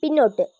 പിന്നോട്ട്